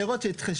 להראות שהתחיל.